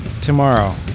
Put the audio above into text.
tomorrow